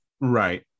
Right